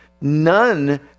None